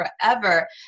forever